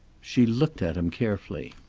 she looked at him carefully.